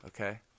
okay